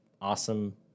awesome